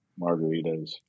margaritas